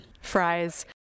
fries